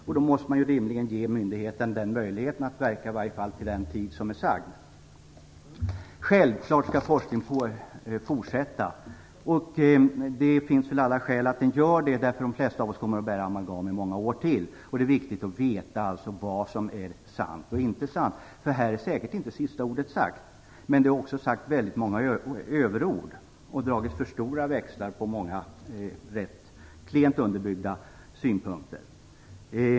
Man måste rimligen ge myndigheten möjligheten att verka, i varje fall till den tidpunkt som är sagd. Självfallet skall forskningen fortsätta. Det finns alla skäl till det. De flesta av oss kommer att bära amalgam i många år till. Det är viktigt att veta vad som är sant och inte sant. Sista ordet är säkert inte sagt, men det har också sagts väldigt många överord, och det har dragits för stora växlar på många rätt klent underbyggda synpunkter.